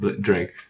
drink